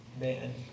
man